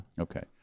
Okay